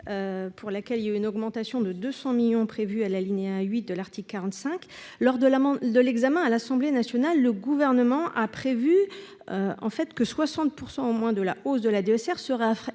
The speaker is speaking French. pour laquelle il y a une augmentation de 200 millions prévu à l'alinéa 8 de l'article 45 lors de la de l'examen à l'Assemblée nationale, le gouvernement a prévu en fait que 60 % en moins de la hausse de la DSR sera affecté